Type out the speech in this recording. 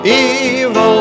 evil